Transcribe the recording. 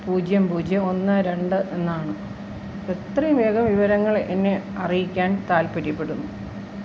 പൂജ്യം പൂജ്യം ഒന്ന് രണ്ട് എന്നാണ് എത്രയും വേഗം വിവരങ്ങൾ എന്നെ അറിയിക്കാൻ താൽപ്പര്യപ്പെടുന്നു